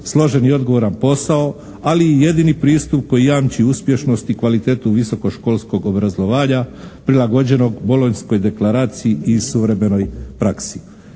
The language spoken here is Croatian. složen i odgovoran posao ali i jedini pristup koji jamči uspješnost i kvalitetu visokoškolskog obrazovanja, prilagođenog Bolonjskoj deklaraciji i suvremenoj praksi.